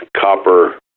copper